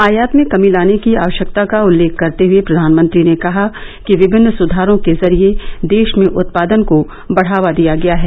आयात में कर्मी लाने की आवश्यकता का उल्लेख करते हुए प्रधानमंत्री ने कहा कि विमिन्न सुधारों के जरिए देश में उत्पादन को बढ़ावा दिया गया है